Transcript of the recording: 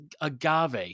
agave